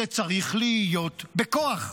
זה צריך להיות בכוח.